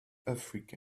africa